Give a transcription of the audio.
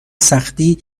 سختی